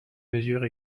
mesure